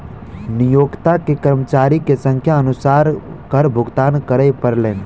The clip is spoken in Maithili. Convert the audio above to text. नियोक्ता के कर्मचारी के संख्या अनुसार कर भुगतान करअ पड़लैन